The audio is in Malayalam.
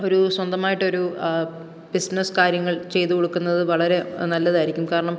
ഒരു സ്വന്തമായിട്ട് ഒരു ബിസ്നസ്സ് കാര്യങ്ങൾ ചെയ്തു കൊടുക്കുന്നത് വളരെ നല്ലതായിരിക്കും കാരണം